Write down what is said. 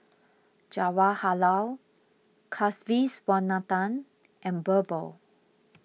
Jawaharlal Kasiviswanathan and Birbal